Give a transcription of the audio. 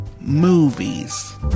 movies